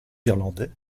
irlandais